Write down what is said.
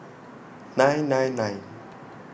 nine nine nine